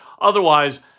Otherwise